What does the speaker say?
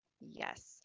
Yes